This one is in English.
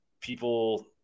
People